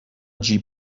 جیب